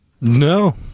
No